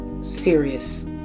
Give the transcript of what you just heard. serious